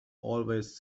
always